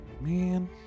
Man